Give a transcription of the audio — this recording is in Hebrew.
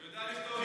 הוא יודע לכתוב,